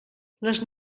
les